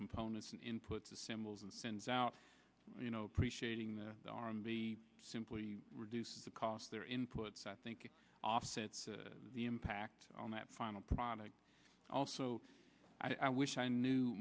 components and inputs the symbols and sends out you know appreciating the arm be simply reduces the cost their inputs i think it offsets the impact on that final product also i wish i knew